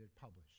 published